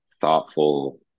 thoughtful